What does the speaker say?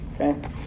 Okay